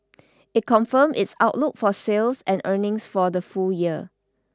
it confirmed its outlook for sales and earnings for the full year